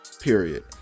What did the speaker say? period